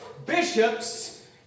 Bishops